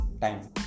time